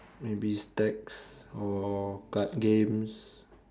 maybe stacks or card games